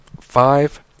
five